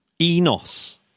Enos